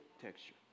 texture